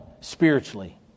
spiritually